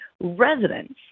residents